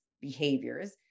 behaviors